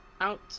out